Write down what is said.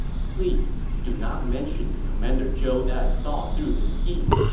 please do not mention to commander zhou that i saw through his scheme.